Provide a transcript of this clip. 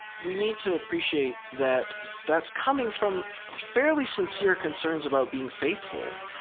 we need to appreciate that that's coming from fairly sincere concerns about being faithful.